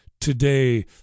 today